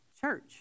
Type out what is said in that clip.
Church